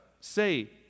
Say